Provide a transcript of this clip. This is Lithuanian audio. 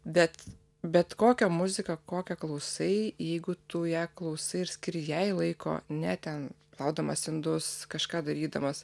bet bet kokią muziką kokią klausai jeigu tu ją klausai ir skiri jai laiko ne ten plaudamas indus kažką darydamas